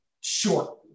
Sure